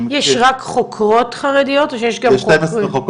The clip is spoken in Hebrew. יש רק חוקרות חרדיות, או שיש גם חוקרים?